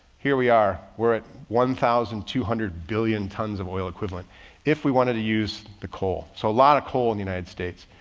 here we are. we're at one thousand two hundred billion tons of oil equivalent if we wanted to use the coal. so a lot of coal in the united states.